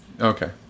Okay